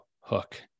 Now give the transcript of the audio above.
hook